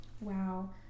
Wow